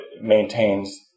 maintains